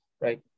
right